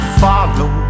follow